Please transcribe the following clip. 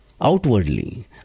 Outwardly